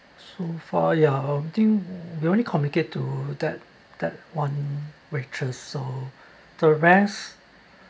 so far ya I think we only communicate to that that one waitress so the rest